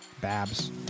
Babs